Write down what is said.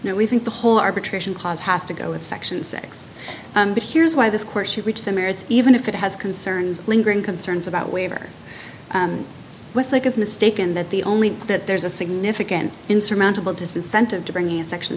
out we think the whole arbitration clause has to go with section six but here's why this course she reached the merits even if it has concerns lingering concerns about waiver which like is mistaken that the only that there's a significant insurmountable disincentive to bring in section